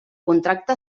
contracte